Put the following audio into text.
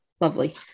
Lovely